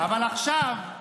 אבל עכשיו,